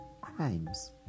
crimes